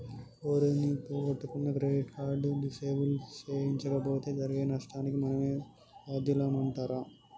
ఓరి నీ పొగొట్టుకున్న క్రెడిట్ కార్డు డిసేబుల్ సేయించలేపోతే జరిగే నష్టానికి మనమే బాద్యులమంటరా